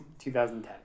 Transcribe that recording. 2010